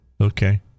Okay